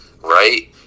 right